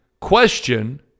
question